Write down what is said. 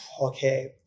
Okay